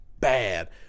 bad